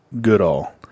good-all